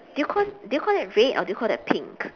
do you call do you call that red or do you call that pink